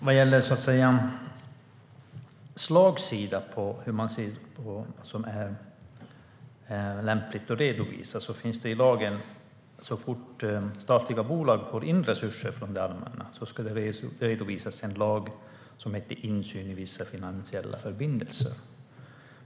Vad gäller slagsidan i hur man ser på vad som är lämpligt att redovisa ska statliga bolag så fort de får in resurser från det allmänna redovisa dessa, enligt lagen om insyn i vissa finansiella förbindelser.